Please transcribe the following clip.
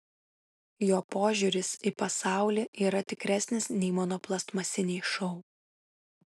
jo požiūris į pasaulį yra tikresnis nei mano plastmasiniai šou